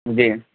جی